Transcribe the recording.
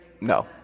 No